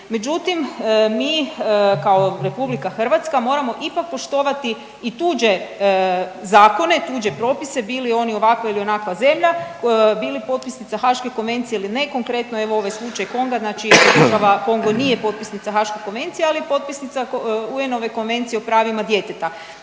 međutim mi kao RH moramo ipak poštovati i tuđe zakone i tuđe propise bili oni ovakva ili onakva zemlja, bili potpisnica Haške konvencija ili ne, konkretno evo ovaj slučaj Konga znači država Kongo nije potpisnica Haške konvencije, ali je potpisnica UN-ove Konvencije o pravima djeteta